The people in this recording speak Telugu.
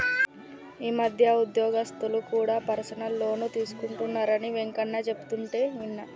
ఈ మధ్య ఉద్యోగస్తులు కూడా పర్సనల్ లోన్ తీసుకుంటున్నరని వెంకన్న చెబుతుంటే విన్నా